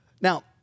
Now